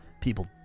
People